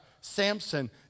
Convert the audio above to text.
Samson